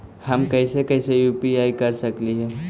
हम कैसे कैसे यु.पी.आई कर सकली हे?